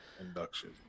induction